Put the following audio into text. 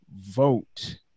vote